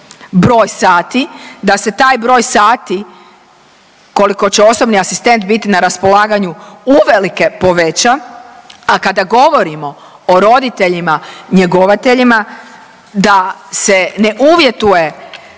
broj sati, da se taj broj sati koliko će osobni asistent biti na raspolaganju uvelike poveća, a kada govorimo o roditeljima njegovateljima da se ne uvjetuje